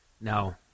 No